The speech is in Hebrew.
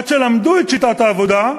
עד שלמדו את שיטת העבודה,